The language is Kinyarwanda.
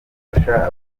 gufasha